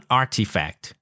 artifact